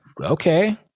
okay